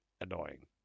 annoying